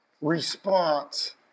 response